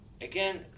Again